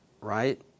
right